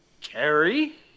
Carrie